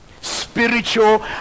spiritual